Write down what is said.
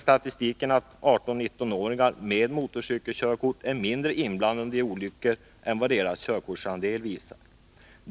Statistiken visar att 18-19-åringar med motorcykelkörkort är mindre inblandade i olyckor än vad deras körkortsandel visar.